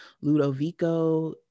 Ludovico